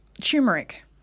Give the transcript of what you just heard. Turmeric